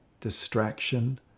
distraction